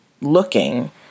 looking